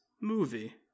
movie